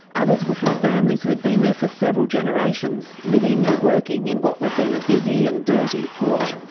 others were from families who had been there for several generations, living and working in what was then a busy and dirty port.